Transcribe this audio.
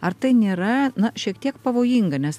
ar tai nėra na šiek tiek pavojinga nes